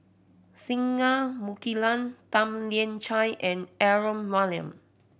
Singai Mukilan Tan Lian Chye and Aaron Maniam